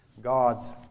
God's